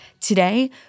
Today